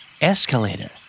Escalator